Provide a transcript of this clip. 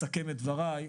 דברי,